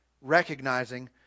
Recognizing